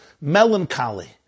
melancholy